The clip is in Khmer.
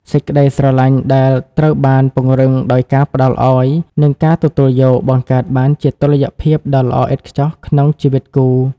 សេចក្ដីស្រឡាញ់ដែលត្រូវបានពង្រឹងដោយការផ្ដល់ឱ្យ និងការទទួលយក បង្កើតបានជាតុល្យភាពដ៏ល្អឥតខ្ចោះក្នុងជីវិតគូ។